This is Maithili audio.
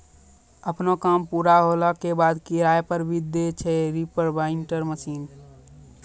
आपनो काम पूरा होला के बाद, किराया पर भी दै छै रीपर बाइंडर मशीन